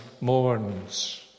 mourns